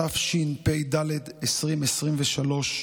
התשפ"ד 2023,